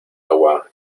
agua